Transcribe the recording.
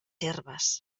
herbes